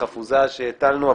החפוזה שהטלנו.